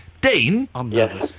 Dean